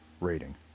rating